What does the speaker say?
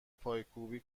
پایکوبی